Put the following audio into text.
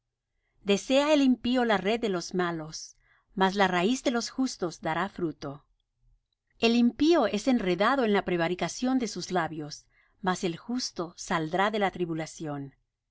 desea el impío la red de los malos mas la raíz de los justos dará fruto el impío es enredado en la prevaricación de sus labios mas el justo saldrá de la tribulación el